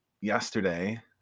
yesterday